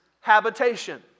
habitation